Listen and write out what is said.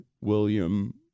william